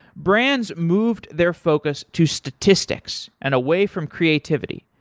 brands moved their focus to statistics and away from creativity,